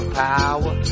power